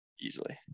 Easily